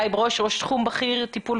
מנכ"ל התאגיד בעיר אשדוד שיצא לו הזכות להקים את